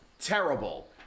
terrible